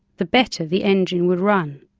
the better the engine would run.